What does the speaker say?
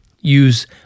use